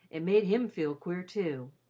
it made him feel queer, too,